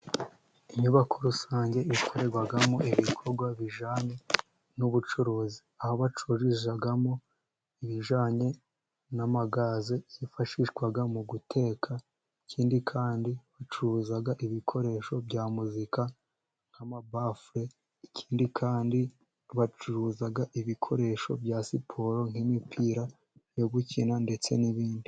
Inyubako rusange yakorerwagamo ibikorwa bijyanye n'ubucuruzi, aho bacururizamo ibijyanye n'amagaze zifashishwa mu guteka, ikindi kandi bacuruza ibikoresho bya muzika nk'amabafule, ikindi kandi bacuruza ibikoresho bya siporo nk'imipira yo gukina, ndetse n'ibindi.